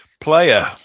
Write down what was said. Player